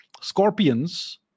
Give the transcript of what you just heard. scorpions